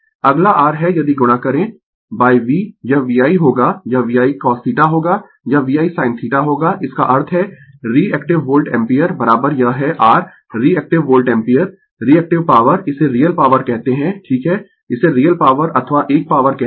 अगला r है यदि गुणा करें V यह VI होगा यह VI cosθ होगा यह VI sin θ होगा इसका अर्थ है रीएक्टिव वोल्ट एम्पीयर यह है r reactive volt ampere reactive power इसे रियल पॉवर कहते है ठीक है इसे रियल पॉवर अथवा एक पॉवर कहते है